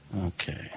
Okay